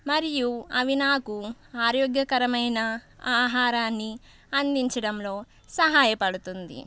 మరియు అవి నాకు ఆరోగ్యకరమైన ఆహారాన్ని అందించడంలో సహాయపడుతుంది